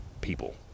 people